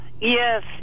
Yes